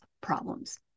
problems